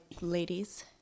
ladies